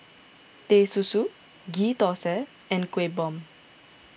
Teh Susu Ghee Thosai and Kuih Bom